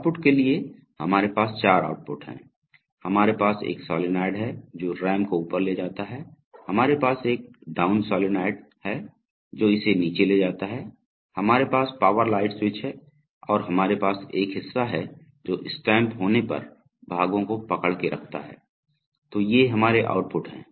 output के लिए हमारे पास चार आउटपुट हैं हमारे पास एक सॉलोनॉइड है जो रैम को ऊपर ले जाता है हमारे पास एक डाउन सॉलॉइड है जो इसे नीचे ले जाता है हमारे पास पॉवर लाइट स्विच है और हमारे पास एक हिस्सा है जो स्टैम्प होने पर भागों को पकड़ के रखता है तो ये हमारे आउटपुट है